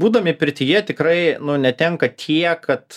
būdami pirtyje tikrai nu netenkat tiek kad